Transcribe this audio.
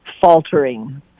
faltering